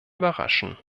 überraschen